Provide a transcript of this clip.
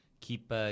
Keep